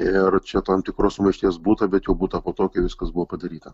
ir čia tam tikros sumaišties būta bet jau būta po to kai viskas buvo padaryta